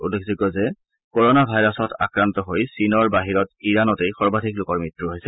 উল্লেখযোগ্য যে ক'ৰ'না ভাইৰাছত আক্ৰান্ত হৈ চীনৰ বাহিৰত ইৰানতেই সৰ্বাধিক লোকৰ মৃত্যু হৈছে